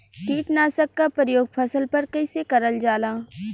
कीटनाशक क प्रयोग फसल पर कइसे करल जाला?